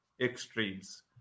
extremes